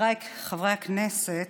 חבריי חברי הכנסת,